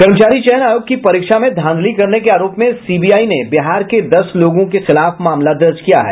कर्मचारी चयन आयोग की परीक्षा में धांधली करने के आरोप में सीबीआई ने बिहार के दस लोगों के खिलाफ मामला दर्ज किया है